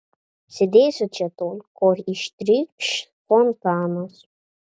sėdėsiu čia tol kol ištrykš fontanas